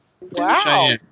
Wow